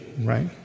right